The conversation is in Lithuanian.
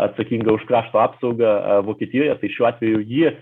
atsakinga už krašto apsaugą vokietijoje tai šiuo atveju ji